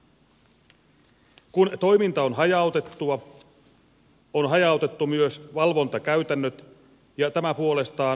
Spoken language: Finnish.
kun toiminta on hajautettua on hajautettu myös valvontakäytännöt ja tämä puolestaan hajauttaa sovittelutoimintaa